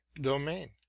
domain